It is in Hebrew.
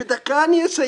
לא, בדקה אני אסיים.